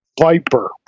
Viper